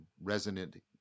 resonant